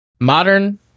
Modern